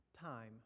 Time